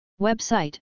Website